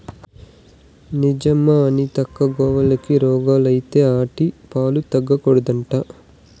నిజమా అనితక్కా, గోవులకి రోగాలత్తే ఆటి పాలు తాగకూడదట్నా